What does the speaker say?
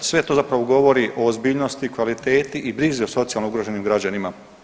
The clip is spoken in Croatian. Sve to zapravo govori o ozbiljnosti, kvaliteti i brizi za socijalno ugroženim građanima.